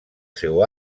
seu